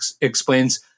explains